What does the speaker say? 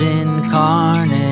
incarnate